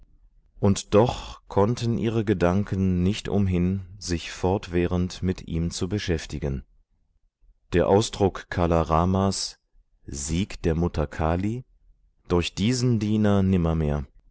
und doch konnten ihre gedanken nicht umhin sich fortwährend mit ihm zu beschäftigen der ausdruck kala ramas sieg der mutter kali durch diesen diener